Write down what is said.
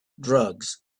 drugs